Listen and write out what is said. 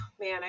man